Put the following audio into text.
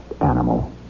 animal